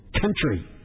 country